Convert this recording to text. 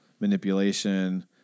manipulation